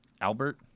Albert